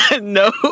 No